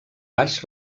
baix